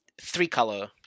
three-color